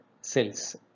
cells